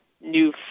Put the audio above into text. new